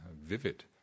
vivid